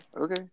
Okay